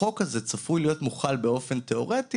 החוק הזה צפוי להיות מוחל באופן תיאורטי